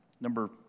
number